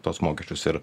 tuos mokesčius ir